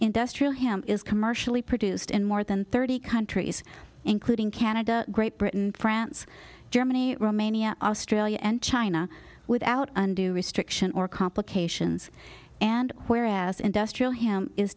industrial ham is commercially produced in more than thirty countries including canada great britain france germany romania australia and china without undue restriction or complications and whereas industrial him is